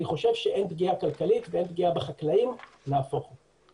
אני חושב שאין פגיעה כלכלית ואין פגיעה בחקלאים אלא נהפוך הוא.